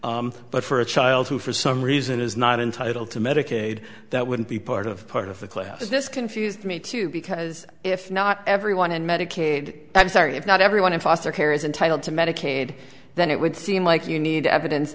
medicaid but for a child who for some reason is not entitled to medicaid that wouldn't be part of part of the class is this confused me too because if not everyone in medicaid i'm sorry if not everyone in foster care is entitled to medicaid then it would seem like you need evidence